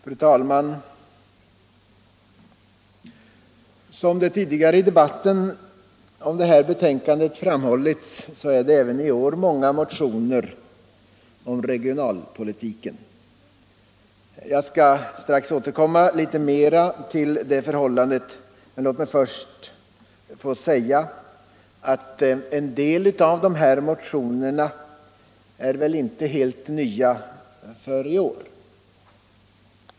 Herr talman! Som framhållits tidigare i debatten om detta betänkande har det även i år väckts många motioner om regionalpolitiken. Jag skall strax återkomma till detta. Låt mig först få säga att en del av dessa motioner inte är helt nya.